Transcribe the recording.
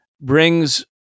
brings